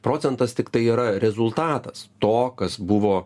procentas tiktai yra rezultatas to kas buvo